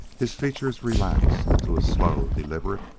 his features relaxed into a slow, deliberate,